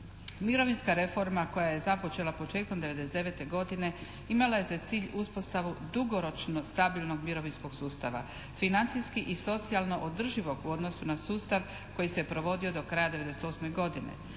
Mirovinska reforma koja je započela početkom 99. godine imala je za cilj uspostavu dugoročno stabilnog mirovinskog sustava, financijski i socijalno održivog u odnosu na sustav koji se provodio do kraja 98. godine.